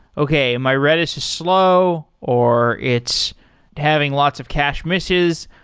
okay, my redis is slow or it's having lots of cache misses.